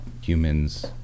humans